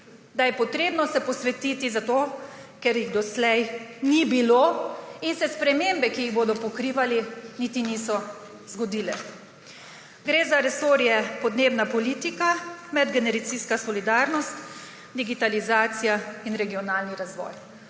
jim je treba posvetiti zato, ker jih doslej ni bilo in se spremembe, ki jih bodo pokrivali, niti niso zgodile. Gre za resorje podnebna politika, medgeneracijska solidarnost, digitalizacija in regionalni razvoj.